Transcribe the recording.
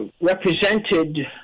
represented